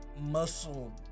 muscle